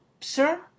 sir